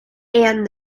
and